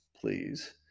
please